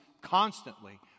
constantly